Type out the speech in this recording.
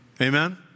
Amen